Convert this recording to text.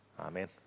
Amen